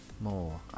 More